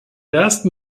ersten